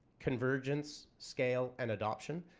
convergence scale and adoption